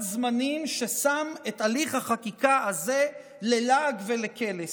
זמנים ששם את הליך החקיקה הזה ללעג ולקלס.